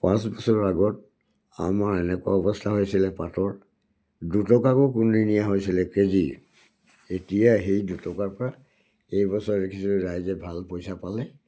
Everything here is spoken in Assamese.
পাঁচ বছৰ আগত আমাৰ এনেকুৱা অৱস্থা হৈছিলে পাতৰ দুটকাকৈও কোনেও নিনিয়া হৈছিলে কেজি এতিয়া সেই দুটকাৰপৰা এইবছৰ দেখিছিলোঁ ৰাইজে ভাল পইচা পালে